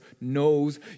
knows